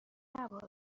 نباش